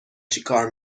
چیکار